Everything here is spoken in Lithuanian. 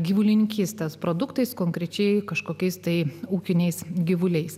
gyvulininkystės produktais konkrečiai kažkokiais tai ūkiniais gyvuliais